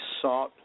sought